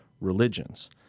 religions